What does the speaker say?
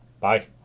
Bye